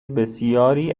بسیاری